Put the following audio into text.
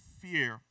fear